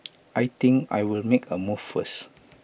I think I will make A move first